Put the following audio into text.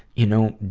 you know,